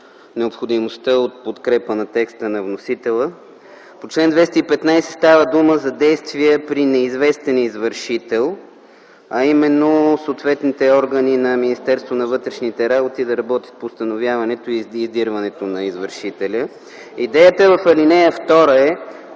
от подкрепа на текста на вносителя по чл. 215. Става дума за действия при неизвестен извършител, а именно съответните органи на Министерството на вътрешните работи да работят по установяването и издирването на извършителя. Идеята в ал. 2 е,